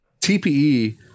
TPE